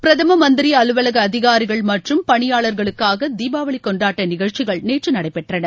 பிரதம மந்திரி அலுவலக அதிகாரிகள் மற்றும் பணியாளர்களுக்காக தீபாவளி கொண்டாட்ட நிகழ்ச்சிகள் நேற்று நடைபெற்றன